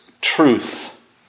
truth